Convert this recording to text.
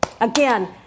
Again